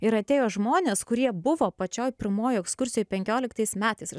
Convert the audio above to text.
ir atėjo žmonės kurie buvo pačioj pirmoj ekskursijoj penkioliktais metais ir